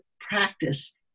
practice